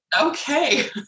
Okay